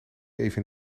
even